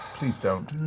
please don't.